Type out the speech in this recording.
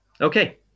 okay